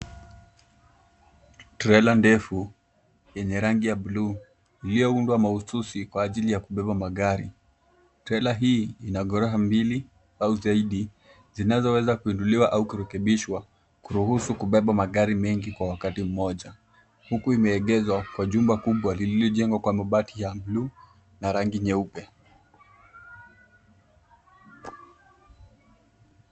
Trela ndefu yenye rangi ya bluu iliyoundwa mahususi kwa ajili ya kubeba magari. Trela hii ina ghorofa mbili au zaidi zinazoweza kuinuliwa au kurekebishwa kuruhusu kubeba magari mengi kwa wakati mmoja huku imeegeshwa kwa jumba kubwa lililojengwa kwa mabati ya bluu na rangi nyeupe.